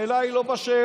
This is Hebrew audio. השאלה היא לא בשאלות.